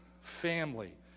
family